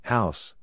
House